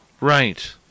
Right